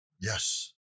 Yes